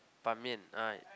Ban-Mian